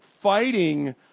fighting